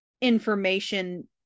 information